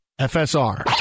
FSR